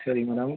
சரி மேடம்